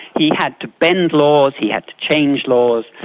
he had to bend laws, he had to change laws,